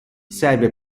serve